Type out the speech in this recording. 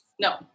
No